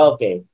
Okay